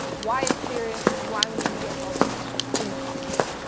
why it's serious and why we need to get help as soon as possible.